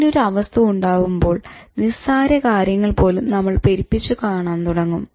അങ്ങനെ ഒരു അവസ്ഥ ഉണ്ടാകുമ്പോൾ നിസ്സാര കാര്യങ്ങൾ പോലും നമ്മൾ പെരുപ്പിച്ച് കാണാൻ തുടങ്ങും